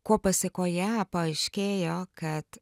ko pasekoje paaiškėjo kad